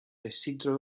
isidro